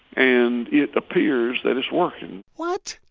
and it appears that it's working what?